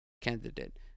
candidate